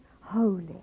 holy